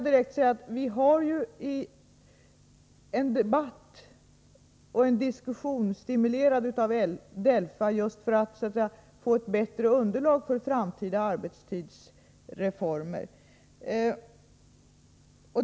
Ja, vi har ju en debatt och diskussion stimulerad av DELFA just för att få ett bättre underlag för framtida arbetstidsreformer.